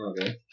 Okay